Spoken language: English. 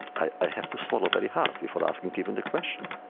i have to swallow very hard before asking even the question.